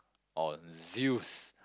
or Zeus